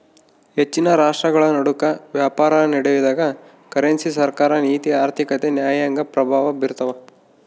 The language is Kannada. ಹೆಚ್ಚಿನ ರಾಷ್ಟ್ರಗಳನಡುಕ ವ್ಯಾಪಾರನಡೆದಾಗ ಕರೆನ್ಸಿ ಸರ್ಕಾರ ನೀತಿ ಆರ್ಥಿಕತೆ ನ್ಯಾಯಾಂಗ ಪ್ರಭಾವ ಬೀರ್ತವ